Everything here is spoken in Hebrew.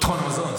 ביטחון המזון.